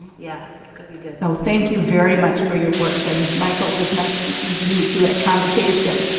yeah, it's gonna be good. so thank you very much for your work and michael, it was nice to and to meet you at convocation.